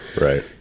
Right